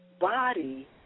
body